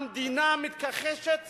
הקייסים, המדינה מתכחשת